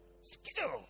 Skill